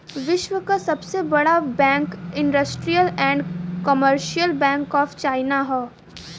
विश्व क सबसे बड़ा bank industrial and commercial bank of China हौ